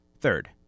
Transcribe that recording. Third